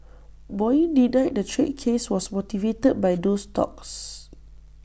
boeing denied the trade case was motivated by those talks